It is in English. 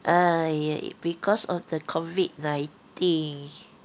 !aiya! because of the COVID nineteen